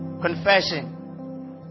Confession